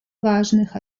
важных